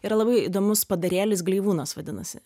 yra labai įdomus padarėlis gleivūnas vadinasi